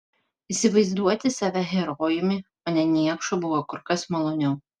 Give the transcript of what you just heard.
įsivaizduoti save herojumi o ne niekšu buvo kur kas maloniau